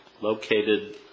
located